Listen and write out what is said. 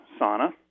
sauna